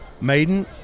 Maiden